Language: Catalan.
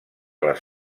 les